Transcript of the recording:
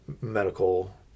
medical